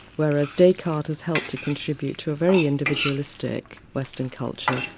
whereas descartes has helped to contribute to a very individualistic western culture.